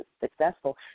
successful